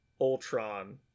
Ultron